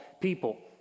people